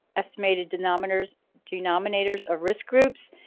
estimated denominators denominators of risk groups.